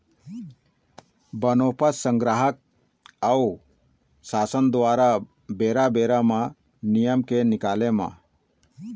बनोपज संग्राहक अऊ सासन दुवारा बेरा बेरा म नियम के निकाले म